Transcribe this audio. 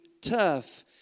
tough